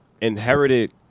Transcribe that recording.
inherited